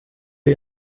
iyi